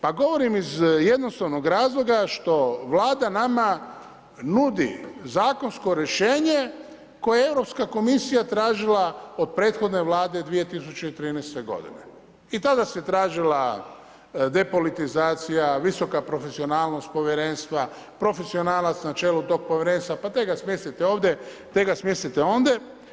Pa govorim iz jednostavnog razloga što Vlada nama nudi zakonsko rješenje koje europska komisija tražila od prethodne vlade 2013. godine i tada se tražila depolitizacija, visoka profesionalnost povjerenstva, profesionalac na čelu tog povjerenstva pa daj ga smjestite ovdje te ga smjestite ondje.